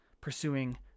pursuing